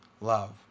love